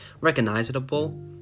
recognizable